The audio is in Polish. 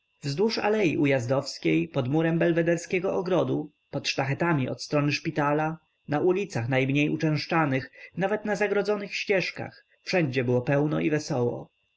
wzdłuż alei ujazdowskiej pod murem belwederskiego ogrodu pod sztachetami od strony szpitala na ulicach najmniej uczęszczanych nawet na zagrodzonych ścieżkach wszędzie było pełno i wesoło